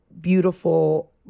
Beautiful